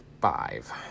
five